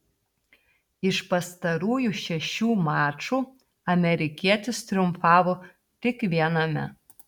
iš pastarųjų šešių mačų amerikietis triumfavo tik viename